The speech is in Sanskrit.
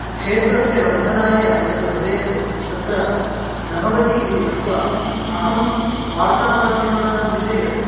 क्षेत्रस्य वर्धनाय यद्भवेत् तत्र न भवति इति मत्वा अहं वार्तामाध्यमानां विषये